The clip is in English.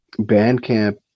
Bandcamp